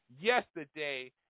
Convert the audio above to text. yesterday